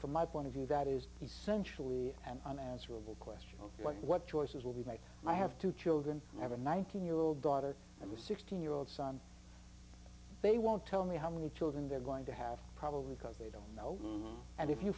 from my point of view that is essentially an unanswerable question like what choices will be made i have two children i have a nineteen year old daughter and a sixteen year old son they won't tell me how many children they're going to have probably because they don't know and if you